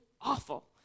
awful